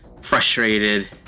frustrated